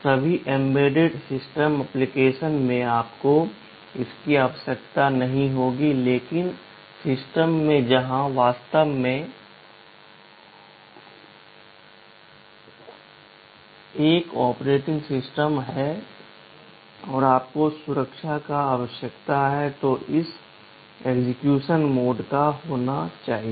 सभी embedded system application में आपको इसकी आवश्यकता नहीं होगी लेकिन सिस्टम में जहां वास्तव में एक ऑपरेटिंग सिस्टम है और आपको सुरक्षा की आवश्यकता है तो इस एक्सेक्यूशन मोड का होना चाहिए